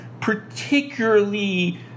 particularly